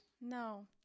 No